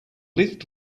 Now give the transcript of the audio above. lift